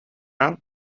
out